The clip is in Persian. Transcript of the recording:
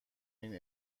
این